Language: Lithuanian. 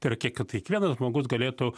tai yra kiek kad kiekvienas žmogus galėtų